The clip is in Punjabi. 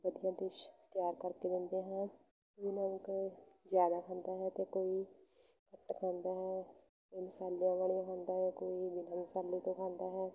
ਵਧੀਆ ਡਿਸ਼ ਤਿਆਰ ਕਰਕੇ ਦਿੰਦੇ ਹਾਂ ਜਿਵੇਂ ਕੋਈ ਜ਼ਿਆਦਾ ਖਾਂਦਾ ਹੈ ਅਤੇ ਕੋਈ ਘੱਟ ਖਾਂਦਾ ਹੈ ਕੋਈ ਮਸਾਲਿਆਂ ਵਾਲੀਆਂ ਖਾਂਦਾ ਹੈ ਕੋਈ ਬਿਨਾਂ ਮਸਾਲੇ ਤੋਂ ਖਾਂਦਾ ਹੈ